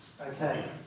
Okay